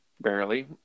Barely